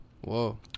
Whoa